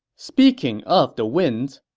speaking of the winds,